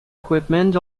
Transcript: equipment